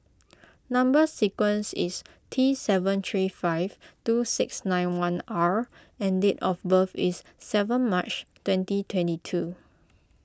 Number Sequence is T seven three five two six nine one R and date of birth is seven March twenty twenty two